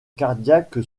cardiaque